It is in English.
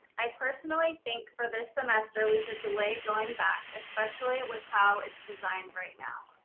i personally think for this semester, we should delay going back, especially with how it's designed right now.